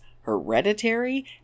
Hereditary